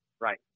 Right